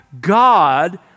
God